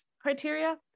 criteria